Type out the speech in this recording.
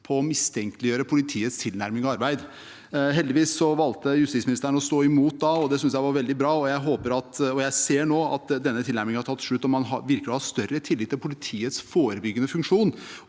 på å mis tenkeliggjøre politiets tilnærming og arbeid. Heldigvis valgte justisministeren å stå imot da, og det synes jeg var veldig bra. Jeg ser nå at denne tilnærmingen har tatt slutt, og man virker å ha større tillit til politiets forebyggende funksjon,